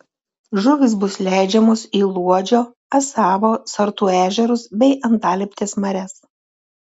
žuvys bus leidžiamos į luodžio asavo sartų ežerus bei antalieptės marias